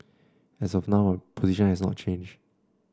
as of now position has not changed